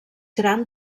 gran